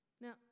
Now